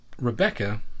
Rebecca